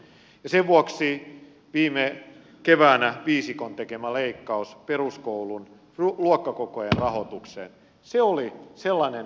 ja sen vuoksi viime keväänä viisikon tekemä leikkaus peruskoulun luokkakokojen rahoitukseen oli sellainen kamelin selän